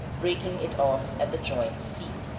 breaking it off at the joint, c.